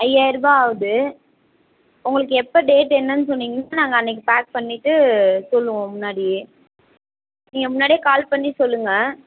ஐயாயிரம் ரூபாய் ஆகுது உங்களுக்கு எப்போ டேட் என்னெனு சொன்னிங்கன்னால் நாங்கள் அன்னிக்கி பேக் பண்ணிவிட்டு சொல்லுவோம் முன்னாடியே நீங்கள் முன்னாடியே கால் பண்ணி சொல்லுங்க